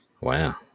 Wow